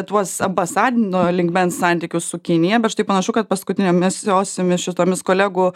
tuos ambasadino lygmens santykius su kinija bet štai panašu kad paskutinėmisosiomis šitomis kolegų